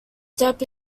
step